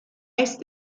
est